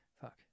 Fuck